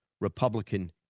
Republican